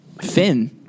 Finn